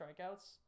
strikeouts